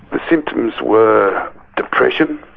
the symptoms were depression,